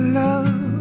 love